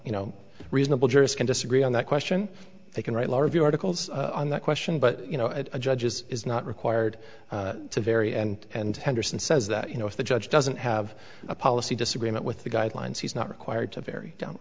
you know reasonable juries can disagree on that question they can write larvae articles on that question but you know a judge is is not required to vary and henderson says that you know if the judge doesn't have a policy disagreement with the guidelines he's not required to vary down